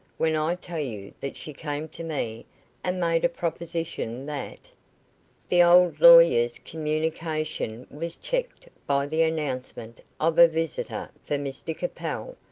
when i tell you that she came to me and made a proposition that the old lawyer's communication was checked by the announcement of a visitor for mr capel,